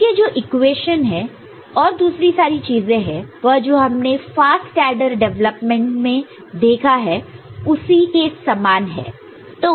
इसके जो इक्वेशन है और दूसरी सारी चीजें हैं वह जो हमने फास्ट एडर डेवलपमेंट देखा है उसी के समान है